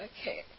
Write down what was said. Okay